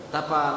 Tapa